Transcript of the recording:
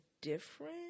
different